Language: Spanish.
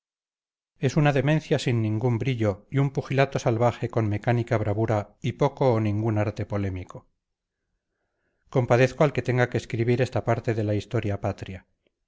es una demencia sin ningún brillo y un pugilato salvaje con mecánica bravura y poco o ningún arte polémico compadezco al que tenga que escribir esta parte de la historia patria